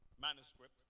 manuscript